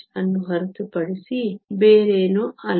ಅನ್ನು ಹೊರತುಪಡಿಸಿ ಬೇರೇನೂ ಅಲ್ಲ